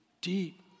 deep